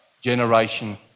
generation